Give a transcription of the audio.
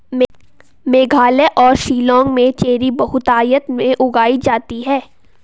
मेघालय और शिलांग में चेरी बहुतायत में उगाई जाती है